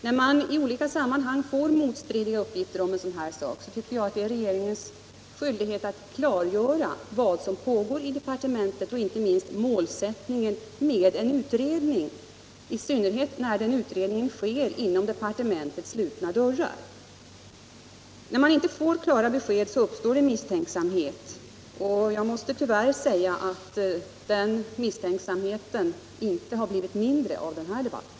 När vi i olika sammanhang får motstridiga uppgifter om en sådan sak, tycker jag det är regeringens skyldighet att klargöra vad som pågår i departementet, och inte minst målsättningen med en utredning, i synnerhet då den sker inom departementets slutna dörrar. När man inte får klara besked uppstår misstänksamhet. Tyvärr måste jag säga att den misstänksamheten inte blivit mindre av den här debatten.